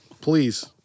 Please